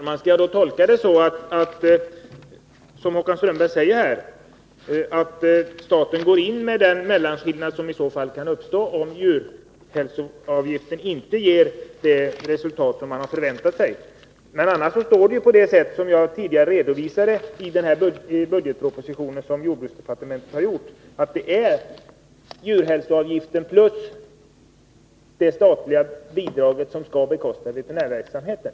Herr talman! Skall jag tolka det som Håkan Strömberg säger så att staten går in med den mellanskillnad som kan uppstå om djursjukvårdsavgiften inte ger det resultat som man har förväntat sig? Det står ju i jordbruksdepartementets del av budgetpropositionen, som jag tidigare har redovisat, att det är djursjukvårdsavgiften plus det statliga bidraget som skall bekosta veterinärverksamheten.